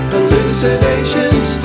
Hallucinations